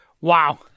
Wow